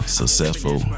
successful